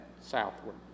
southward